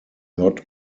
not